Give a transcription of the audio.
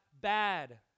bad